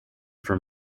from